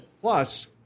plus